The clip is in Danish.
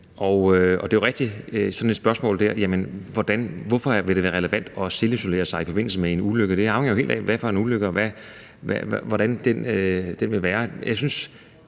Det er jo rigtigt med sådan et spørgsmål om, hvorfor det vil være relevant at selvisolere sig i forbindelse med en ulykke. Det afhænger helt af, hvad det er for en ulykke, og hvordan den vil være. Men jeg synes